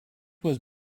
was